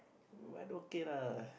mine okay lah